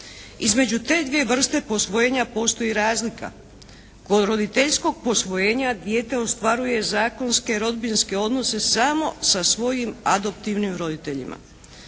Između te dvije vrste posvojenja postoji razlika. Kod roditeljskog posvojenja dijete ostvaruje zakonske rodbinske odnose samo sa svojim adoktivnim roditeljima.